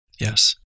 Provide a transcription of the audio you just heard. Yes